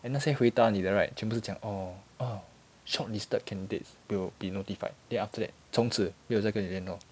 then 那些回答你的 right 全部是讲 orh oh shortlisted candidates will be notified then after that 从此没有再跟你联络